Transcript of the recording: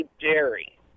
dairy